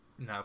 No